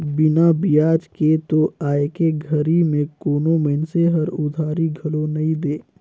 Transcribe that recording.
बिना बियाज के तो आयके घरी में कोनो मइनसे हर उधारी घलो नइ दे